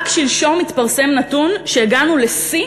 רק שלשום התפרסם נתון שלפיו הגענו לשיא